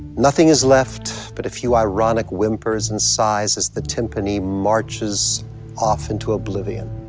nothing is left but a few ironic whimpers and sighs as the timpani marches off into oblivion.